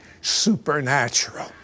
supernatural